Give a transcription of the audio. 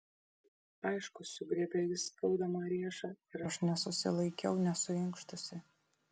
aišku sugriebė jis skaudamą riešą ir aš nesusilaikiau nesuinkštusi